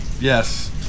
yes